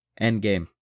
Endgame